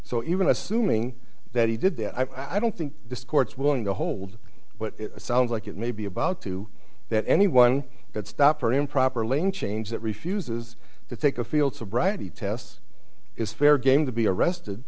so even assuming that he did that i don't think the courts were going to hold but it sounds like it may be about to that anyone could stop or improper lane change that refuses to take a field sobriety tests is fair game to be arrested